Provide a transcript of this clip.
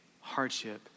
hardship